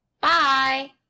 Bye